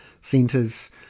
centres